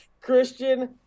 Christian